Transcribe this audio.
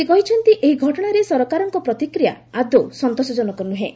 ସେ କହିଛନ୍ତି ଏହି ଘଟଣାରେ ସରକାରଙ୍କ ପ୍ରତିକ୍ରିୟା ଆଦୌ ସନ୍ତୋଷଜନକ ନୁହେଁ